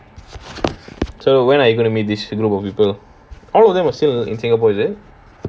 so when are you gonna meet this group of people all of them are still in singapore is it